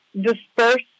disperse